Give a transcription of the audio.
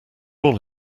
all